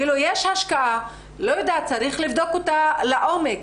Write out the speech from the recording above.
כאילו יש השקעה, לא יודעת, צריך לבדוק אותה לעומק.